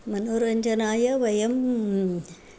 मनोरञ्जनाय वयम्